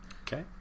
okay